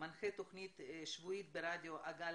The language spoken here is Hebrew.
מנחה תוכנית שבועית ברדיו הגל